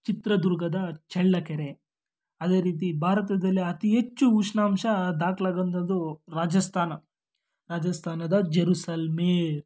ಚಿತ್ರದುರ್ಗದ ಚಳ್ಳಕೆರೆ ಅದೇ ರೀತಿ ಭಾರತದಲ್ಲಿ ಅತಿ ಹೆಚ್ಚು ಉಷ್ಣಾಂಶ ದಾಖ್ಲಾಗೋಂಥದ್ದು ರಾಜಸ್ಥಾನ ರಾಜಸ್ಥಾನದ ಜೆರುಸಲ್ಮೇರ್